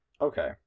okay